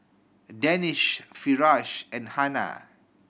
Danish Firash and Hana